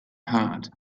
hot